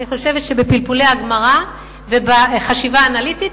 אני חושבת שבפלפולי הגמרא ובחשיבה האנליטית